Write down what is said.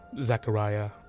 Zachariah